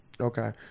Okay